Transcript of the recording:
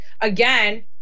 again